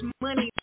money